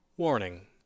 Warning